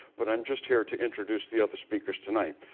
but i'm just here to introduce the other speakers tonight.